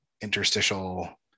interstitial